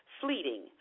Fleeting